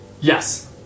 Yes